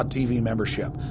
ah tv membership.